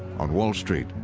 on wall street,